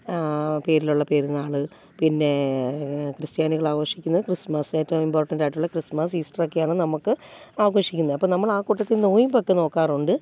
പേരിലുള്ള പെരുന്നാൾ പിന്നെ ക്രിസ്ത്യാനികൾ ആഘോഷിക്കുന്നത് ക്രിസ്മസ് ഏറ്റവും ഇമ്പോർട്ടൻ്റായിട്ടുള്ള ക്രിസ്മസ് ഈസ്റ്റർ ഒക്കെയാണ് നമുക്ക് ആഘോഷിക്കുന്നത് അപ്പോൾ നമ്മൾ ആ കൂട്ടത്തിൽ നൊയിമ്പൊക്കെ നോക്കാറുണ്ട്